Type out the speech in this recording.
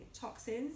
toxins